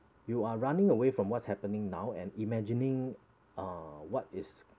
you are running away from what's happening now and imagining uh what is